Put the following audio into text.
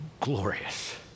glorious